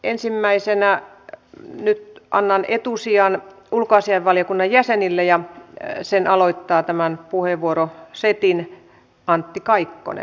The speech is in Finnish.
ensimmäisenä nyt annan etusijan ulkoasiainvaliokunnan jäsenille ja tämän puheenvuorosetin aloittaa antti kaikkonen